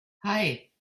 hei